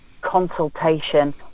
consultation